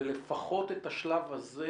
ולפחות את השלב הזה,